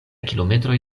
kilometroj